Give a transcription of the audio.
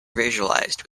visualized